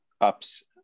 ups